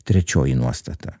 trečioji nuostata